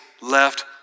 left